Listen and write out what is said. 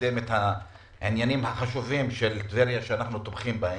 לקדם את העניינים החשובים של טבריה שאנחנו תומכים בהם.